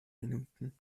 minuten